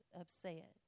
upset